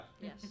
Yes